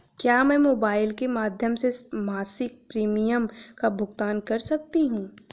क्या मैं मोबाइल के माध्यम से मासिक प्रिमियम का भुगतान कर सकती हूँ?